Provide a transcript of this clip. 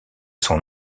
son